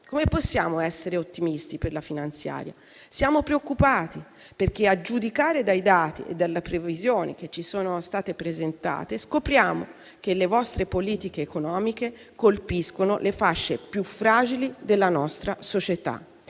Come possiamo essere ottimisti per la legge di bilancio? Siamo preoccupati perché, a giudicare dai dati e dalle previsioni che ci sono state presentate, scopriamo che le vostre politiche economiche colpiscono le fasce più fragili della nostra società.